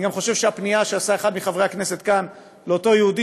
אני גם חושב שהפנייה שעשה אחד מחברי הכנסת כאן לאותו יהודי,